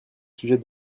sujet